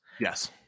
Yes